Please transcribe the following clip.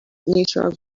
neutral